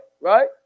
right